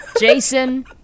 Jason